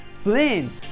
Flynn